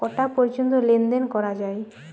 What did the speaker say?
কটা পর্যন্ত লেন দেন করা য়ায়?